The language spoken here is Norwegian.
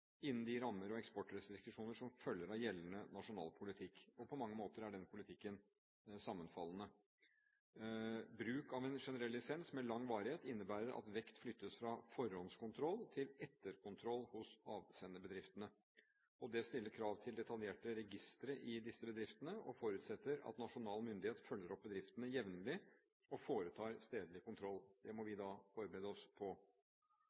innen de rammer og eksportrestriksjoner som følger av gjeldende nasjonal politikk. På mange måter er den politikken sammenfallende. Bruk av generell lisens med lang varighet innebærer at vekt flyttes fra forhåndskontroll til etterkontroll hos avsenderbedriftene. Det stiller krav til detaljerte registre i disse bedriftene og forutsetter at nasjonal myndighet følger opp bedriftene jevnlig og foretar stedlig kontroll. Det må vi da forberede oss på.